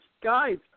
Guys